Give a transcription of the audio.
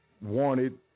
wanted